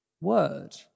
word